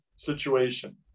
situation